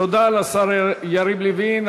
תודה לשר יריב לוין.